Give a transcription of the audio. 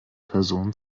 personen